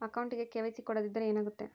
ಅಕೌಂಟಗೆ ಕೆ.ವೈ.ಸಿ ಕೊಡದಿದ್ದರೆ ಏನಾಗುತ್ತೆ?